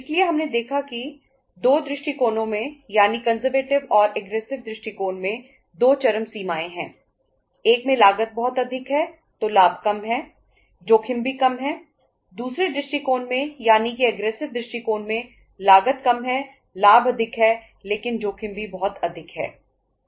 इसलिए हमने देखा कि 2 दृष्टिकोणों में यानी कंजरवेटिव दृष्टिकोण में लागत कम है लाभ अधिक है लेकिन जोखिम भी बहुत अधिक है